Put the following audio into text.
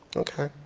okay,